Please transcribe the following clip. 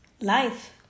life